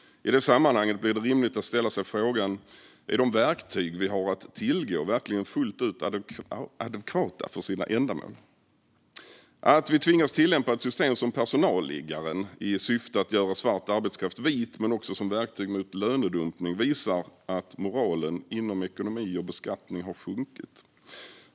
I det sammanhanget blir det rimligt att fråga sig: Är de verktyg vi har att tillgå verkligen fullt ut adekvata för sina ändamål? Att vi tvingas tillämpa ett system som personalliggaren i syfte att göra svart arbetskraft vit, men också som verktyg mot lönedumpning, visar att moralen inom ekonomi och beskattning har sjunkit.